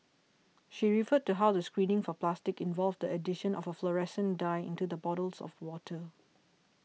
she referred to how the screening for plastic involved addition of a fluorescent dye into the bottles of water